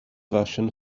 version